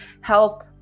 help